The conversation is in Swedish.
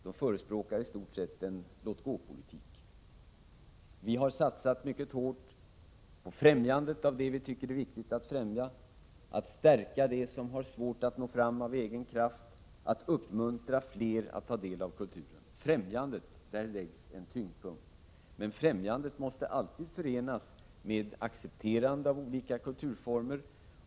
De förespråkar i stort sett en låt-gå-politik. Vi har satsat mycket hårt på främjandet av det vi tycker är viktigt att främja, stärka det som har svårt att nå fram av egen kraft och uppmuntra fler att ta del av kulturen. På främjandet läggs en tyngdpunkt, men främjandet måste alltid förenas med accepterandet av olika kulturformer.